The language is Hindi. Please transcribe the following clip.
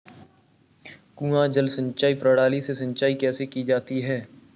कुआँ जल सिंचाई प्रणाली से सिंचाई कैसे की जाती है?